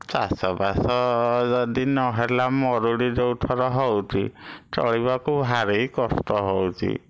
ଚାଷବାସ ଯଦି ନ ହେଲା ମରୁଡ଼ି ଯେଉଁଥର ହେଉଛି ଚଳିବାକୁ ଭାରି କଷ୍ଟ ହେଉଛି